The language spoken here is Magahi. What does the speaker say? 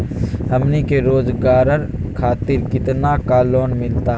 हमनी के रोगजागर खातिर कितना का लोन मिलता सके?